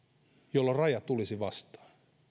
jolloin raja tulisi vastaan